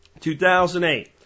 2008